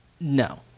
No